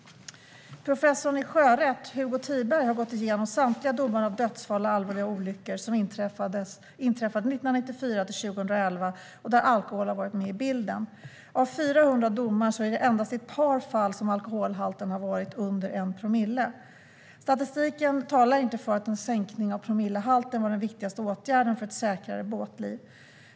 Hugo Tiberg, professor i sjörätt, har gått igenom samtliga domar efter dödsfall och allvarliga olyckor som inträffade 1994-2011 där alkohol har varit med i bilden. Av 400 domar har alkoholhalten i endast ett par fall varit under 1 promille. Statistiken talar inte för att en sänkning av promillehalten var den viktigaste åtgärden för ett säkrare båtliv.